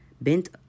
Bent